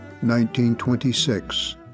1926